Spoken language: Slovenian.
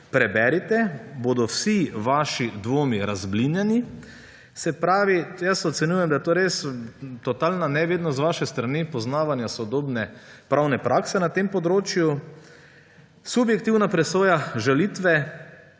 preberite, bodo vsi vaši dvomi razblinjeni. Se pravi, ocenjujem, da je to res totalna nevednost poznavanja sodobne pravne prakse na tem področju z vaše strani. Subjektivna presoja žalitve,